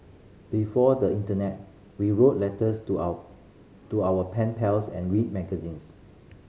before the internet we wrote letters to our to our pen pals and read magazines